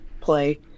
play